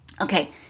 Okay